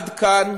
עד כאן